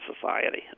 society